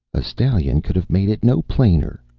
a stallion could have made it no plainer,